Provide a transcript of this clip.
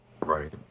Right